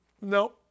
no